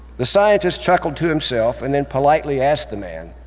the scientist chuckled to himself and then politely asked the man,